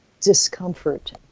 discomfort